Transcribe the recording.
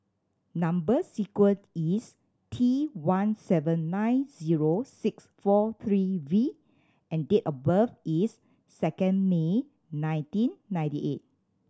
number sequence is T one seven nine zero six four three V and date of birth is second May nineteen ninety eight